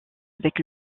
avec